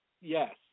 Yes